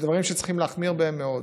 ודברים שצריכים להחמיר בהם מאוד.